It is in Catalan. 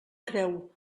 creu